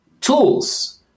tools